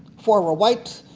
four were white.